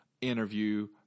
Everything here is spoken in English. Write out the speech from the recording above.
interview